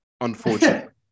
unfortunately